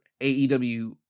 AEW